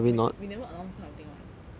we we we never allow this kind of thing [one]